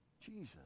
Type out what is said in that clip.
Jesus